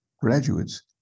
graduates